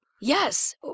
Yes